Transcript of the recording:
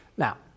Now